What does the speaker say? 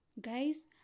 Guys